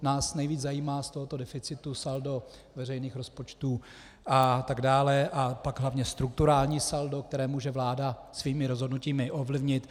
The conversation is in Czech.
Nás nejvíc zajímá z tohoto deficitu saldo veřejných rozpočtů atd. a pak hlavně strukturální saldo, které může vláda svými rozhodnutími ovlivnit.